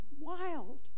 wild